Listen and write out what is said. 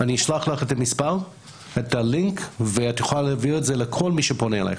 אני אשלח לך את הלינק ואת יכולה להעביר את זה לכל מי שפונה אלייך.